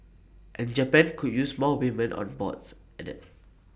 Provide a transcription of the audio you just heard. and Japan could use more women on boards added